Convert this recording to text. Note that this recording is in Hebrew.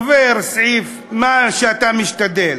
עובר סעיף, מה שאתה משתדל.